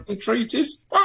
treaties